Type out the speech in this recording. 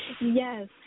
Yes